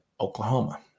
Oklahoma